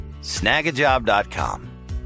snagajob.com